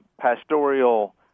pastoral